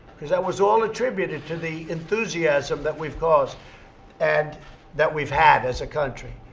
because that was all attributed to the enthusiasm that we've caused and that we've had as a country.